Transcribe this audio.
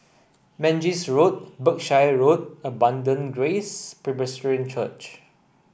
Mangis Road Berkshire Road and Abundant Grace Presbyterian Church